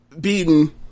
beaten